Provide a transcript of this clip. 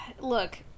look